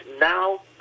now